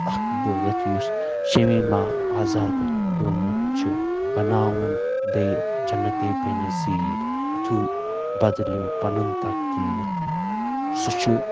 اکھ بٲتھ یُس شمیٖما آزادن گیومُت چھُ بناوُن بیٚیہِ جنتے بے نٔظیٖر ؤتھِو بدلیو پنُن تقدیٖر سُہ چھُ